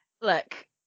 Look